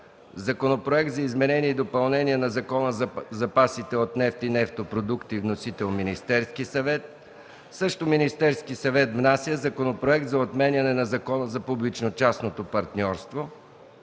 Законопроект за изменение и допълнение на Закона за запасите от нефт и нефтопродукти. Вносител е Министерският съвет. Министерският съвет внася Законопроект за отменяне на Закона за публично-частното партньорство.